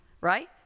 Right